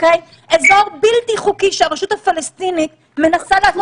אזור בלתי חוקי שהרשות הפלסטינית מנסה לעשות